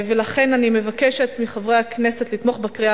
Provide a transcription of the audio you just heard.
לכן אני מבקשת מחברי הכנסת לתמוך בקריאה